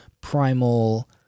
primal